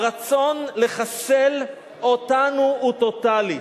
הרצון לחסל אותנו הוא טוטלי,